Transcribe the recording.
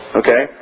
okay